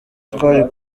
twari